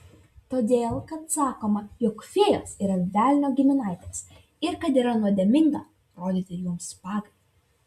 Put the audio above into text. todėl kad sakoma jog fėjos yra velnio giminaitės ir kad yra nuodėminga rodyti joms pagarbą